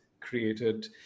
created